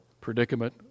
predicament